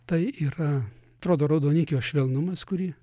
tai yra atrodo raudonikio švelnumas kurį